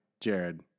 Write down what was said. Jared